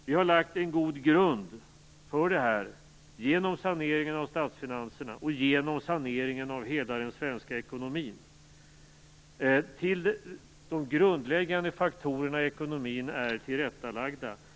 Vi har lagt en god grund för det här genom saneringen av statsfinanserna och genom saneringen av hela den svenska ekonomin. De grundläggande faktorerna i ekonomin är tillrättalagda.